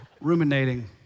Ruminating